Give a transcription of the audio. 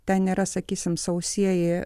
ten nėra sakysim sausieji